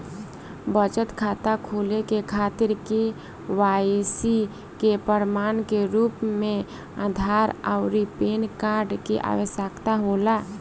बचत खाता खोले के खातिर केवाइसी के प्रमाण के रूप में आधार आउर पैन कार्ड के आवश्यकता होला